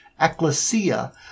ecclesia